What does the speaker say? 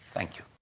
thank you.